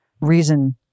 reason